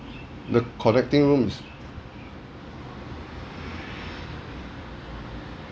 the connecting rooms